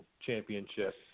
championship